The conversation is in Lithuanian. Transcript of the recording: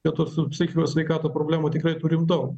be to su psichikos sveikatos problemų tikrai turim daug